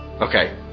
Okay